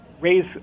raise